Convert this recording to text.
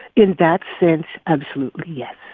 in that sense, absolutely, yes.